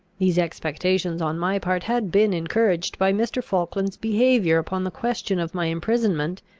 these expectations on my part had been encouraged by mr. falkland's behaviour upon the question of my imprisonment,